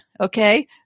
okay